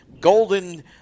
golden